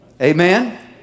Amen